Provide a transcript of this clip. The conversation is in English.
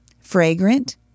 Fragrant